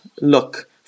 look